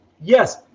yes